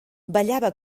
ballava